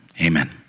Amen